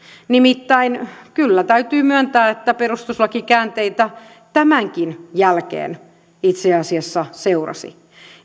nimittäin kyllä täytyy myöntää että perustuslakikäänteitä tämänkin jälkeen itse asiassa seurasi